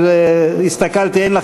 אין מתנגדים,